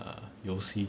err 游戏